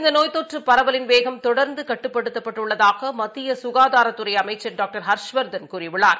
இந்தநோய் தொற்றபரவலின் வேகம் தொடர்ந்துகட்டுப்படுத்தப்பட்டுள்ளதாகமத்தியசுகாதாரத்துறைஅமைச்சர் ஹர்ஷவர்தன் கூறியுள்ளார்